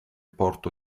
porto